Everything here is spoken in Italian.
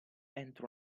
entro